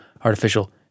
artificial